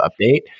update